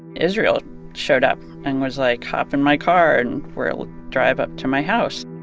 israel showed up and was like, hop in my car, and we'll drive up to my house.